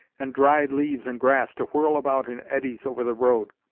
and dried leaves and grass to whirl about in eddies over the road.